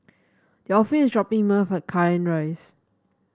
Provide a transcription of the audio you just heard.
Delphine is dropping me off at Cairnhill Rise